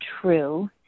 true